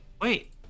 Wait